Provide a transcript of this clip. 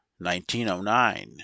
1909